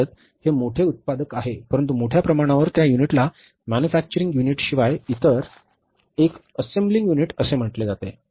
भारत हे मोठे उत्पादक आहे परंतु मोठ्या प्रमाणावर त्या युनिटला मॅन्युफॅक्चरिंग युनिटशिवाय इतर एक असेंबलींग युनिट म्हटले जाते